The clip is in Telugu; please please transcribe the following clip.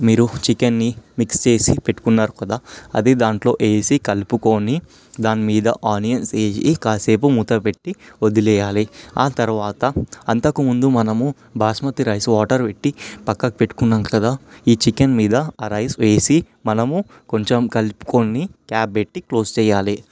మీరు చికెన్ని మిక్స్ చేసి పెట్టుకున్నారు కదా అవి దాంట్లో వేసి కలుపుకొని దాని మీద ఆనియన్స్ వేసి కాసేపు మూత పెట్టి వదిలేయాలి ఆ తర్వాత అంతకుముందు మనం బాస్మతి రైస్ వాటర్ పెట్టి పక్కకు పెట్టుకున్నాము కదా ఈ చికెన్ మీద ఆ రైస్ వేసి మనము కొంచెం కలుపుకొని క్యాప్ పెట్టి క్లోజ్ చేయాలి